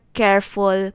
careful